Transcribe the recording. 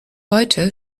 heute